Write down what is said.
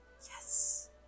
Yes